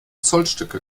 zollstöcke